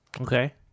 okay